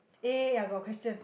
eh I got a question